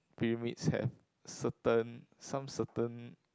pyramids have certain some certain